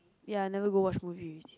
ya never go watch movie